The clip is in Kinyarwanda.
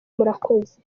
murakoze